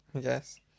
Yes